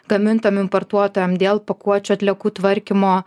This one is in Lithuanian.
gamintojam importuotojam dėl pakuočių atliekų tvarkymo